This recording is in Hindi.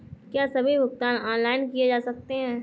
क्या सभी भुगतान ऑनलाइन किए जा सकते हैं?